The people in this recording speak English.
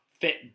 fit